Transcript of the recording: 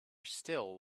still